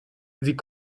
sie